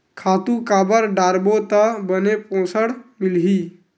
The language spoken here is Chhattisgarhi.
खातु काबर डारबो त बने पोषण मिलही?